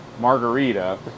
margarita